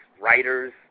writers